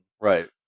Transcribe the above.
right